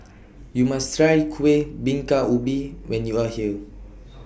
YOU must Try Kuih Bingka Ubi when YOU Are here